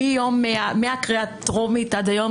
מהקריאה הטרומית עד היום